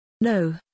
No